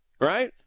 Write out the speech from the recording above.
right